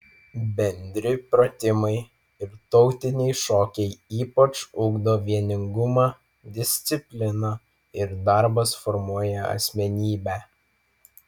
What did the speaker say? bendri pratimai ir tautiniai šokiai ypač ugdo vieningumą disciplina ir darbas formuoja asmenybę